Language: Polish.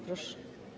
Proszę.